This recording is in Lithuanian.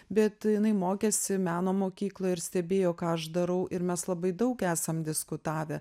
bet jinai mokėsi meno mokykloj ir stebėjo ką aš darau ir mes labai daug esam diskutavę